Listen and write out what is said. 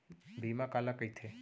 बीमा काला कइथे?